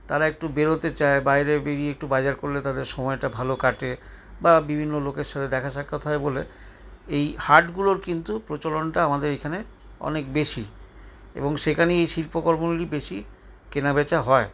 তারা একটু বেরোতে চায় বাইরে বেরিয়ে একটু বাজার করলে তাদের সময়টা ভালো কাটে বা বিভিন্ন লোকের সাথে দেখা সাক্ষাৎ হয় বলে এই হাটগুলোর কিন্তু প্রচলনটা আমাদের এইখানে অনেক বেশি এবং সেখানেই এই শিল্পকর্মগুলি বেশি কেনাবেচা হয়